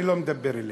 אני לא מדבר אליהם,